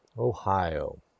Ohio